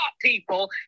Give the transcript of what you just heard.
people